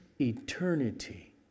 eternity